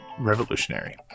revolutionary